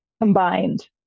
combined